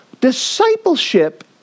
Discipleship